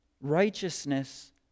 Righteousness